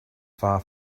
far